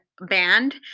band